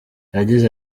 yagize